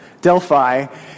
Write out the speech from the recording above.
Delphi